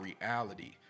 reality